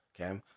Okay